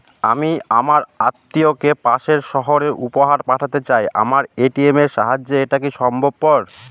আমি আমার আত্মিয়কে পাশের সহরে উপহার পাঠাতে চাই আমার এ.টি.এম এর সাহায্যে এটাকি সম্ভবপর?